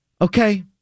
Okay